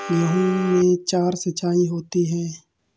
गेहूं में चार सिचाई होती हैं